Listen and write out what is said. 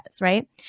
right